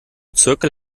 zirkel